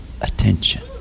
attention